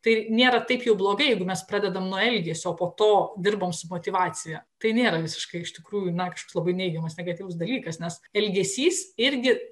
tai nėra taip jau blogai jeigu mes pradedam nuo elgesio o po to dirbam su motyvacija tai nėra visiškai iš tikrųjų na kažkoks labai neigiamas negatyvus dalykas nes elgesys irgi